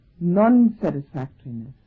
non-satisfactoriness